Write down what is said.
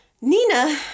Nina